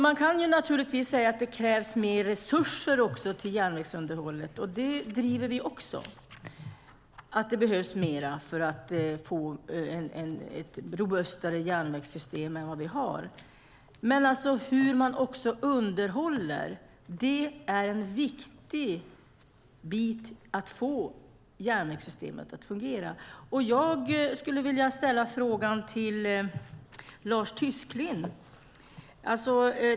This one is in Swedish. Man kan naturligtvis säga att det krävs mer resurser till järnvägsunderhållet. Det driver vi också. Det behövs mer för att få ett robustare järnvägssystem än det vi har. Men hur man underhåller är också en viktig bit för att få järnvägssystemet att fungera. Jag skulle vilja ställa en fråga till Lars Tysklind.